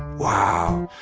wow,